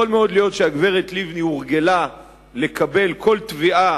יכול מאוד להיות שהגברת לבני הורגלה לקבל כל תביעה